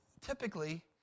typically